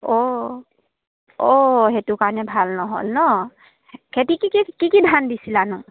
অঁ অঁ সেইটো কাৰণে ভাল নহ'ল নহ্ খেতি কি কি কি কি ধান দিছিলানো